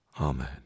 Amen